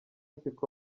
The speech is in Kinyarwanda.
siko